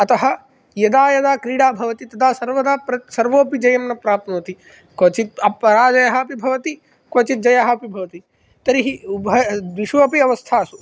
अतः यदा यदा क्रीडा भवति तदा सर्वदा प्रच्छ सर्वोऽपि जयं न प्राप्नोति क्वचित् अ पराजयः अपि भवति क्वचित् जयः अपि भवति तर्हि उभय द्विष्वपि अवस्थासु